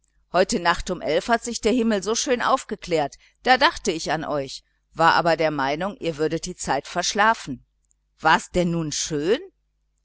heute nacht um elf uhr hat sich der himmel so schön aufgeklärt da dachte ich an euch war aber der meinung ihr würdet die zeit verschlafen war's denn nun schön